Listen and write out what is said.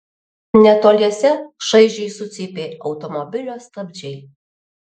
netoliese šaižiai sucypė automobilio stabdžiai